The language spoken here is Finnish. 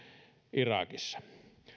irakissa